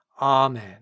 Amen